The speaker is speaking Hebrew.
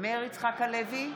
מאיר יצחק הלוי,